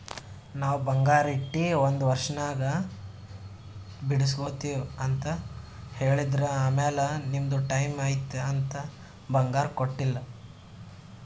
ನಾವ್ ಬಂಗಾರ ಇಟ್ಟಿ ಒಂದ್ ವರ್ಷನಾಗ್ ಬಿಡುಸ್ಗೊತ್ತಿವ್ ಅಂತ್ ಹೇಳಿದ್ರ್ ಆಮ್ಯಾಲ ನಿಮ್ದು ಟೈಮ್ ಐಯ್ತ್ ಅಂತ್ ಬಂಗಾರ ಕೊಟ್ಟೀಲ್ಲ್